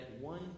one